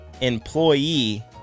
employee